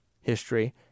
history